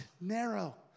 narrow